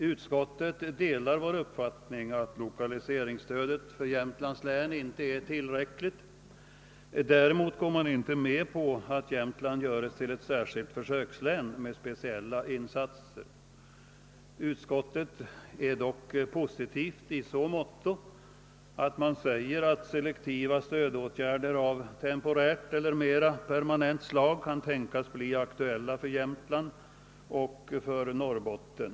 Utskottet delar vår uppfattning att lokaliseringsstödet för Jämtlands län inte är tillräckligt. Däremot går utskottsledamöterna inte med på att Jämtland görs till ett särskilt försökslän med speciella insatser. Utskottsledamöterna är dock positivt inställda i så måtto att de säger att selektiva stödåtgärder av temporärt eller av mer permanent slag kan tänkas bli aktuella för Jämtland och för Norrbotten.